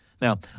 Now